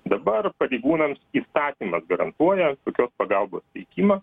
dabar pareigūnams įstatymas garantuoja tokios pagalbos teikimą